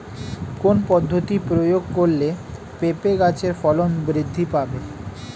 কোন পদ্ধতি প্রয়োগ করলে পেঁপে গাছের ফলন বৃদ্ধি পাবে?